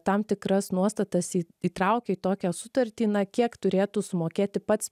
tam tikras nuostatas į įtraukia į tokią sutartį na kiek turėtų sumokėti pats